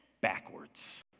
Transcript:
backwards